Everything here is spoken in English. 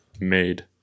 made